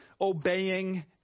obeying